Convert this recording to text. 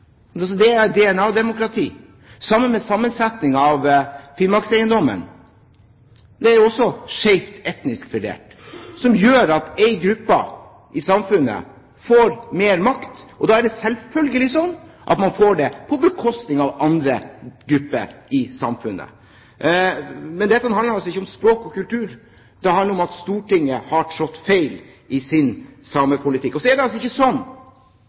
altså blodet ditt som bestemmer din stemmerett. Det er et DNA-demokrati. Det samme gjelder sammensetningen av Finnmarkseiendommen. Der er det også etnisk skjevt fordelt, som gjør at én gruppe i samfunnet får mer makt, og da får man selvfølgelig det på bekostning av andre grupper i samfunnet. Men dette handler altså ikke om språk og kultur; det handler om at Stortinget har trådt feil i sin samepolitikk. Så var det altså ikke